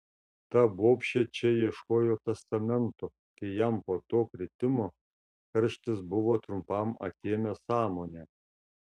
ta bobšė čia ieškojo testamento kai jam po to kritimo karštis buvo trumpam atėmęs sąmonę